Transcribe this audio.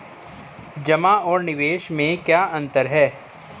जमा और निवेश में क्या अंतर है?